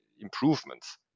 improvements